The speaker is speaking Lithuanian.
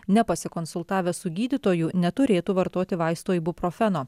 nepasikonsultavę su gydytoju neturėtų vartoti vaisto ibuprofeno